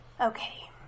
Okay